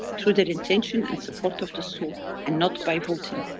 through their intention and support of the soul and not by voting.